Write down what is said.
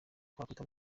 twakwita